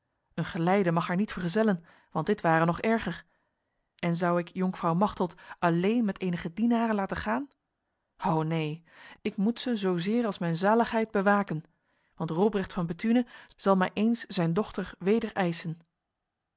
een geleide mag haar niet vergezellen want dit ware nog erger en zou ik jonkvrouw machteld alleen met enige dienaren laten gaan ho neen ik moet ze zozeer als mijn zaligheid bewaken want robrecht van bethune zal mij eens zijn dochter